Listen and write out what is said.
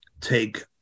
take